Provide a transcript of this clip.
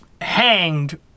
hanged